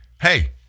hey